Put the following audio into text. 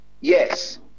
yes